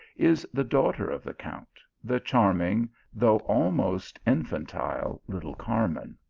is the daughter of the count, the charm ing though almost infantile little carmen.